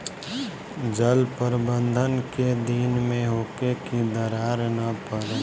जल प्रबंधन केय दिन में होखे कि दरार न परेला?